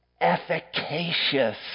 efficacious